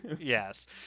yes